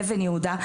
מאבן יהודה.